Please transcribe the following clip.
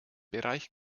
bereich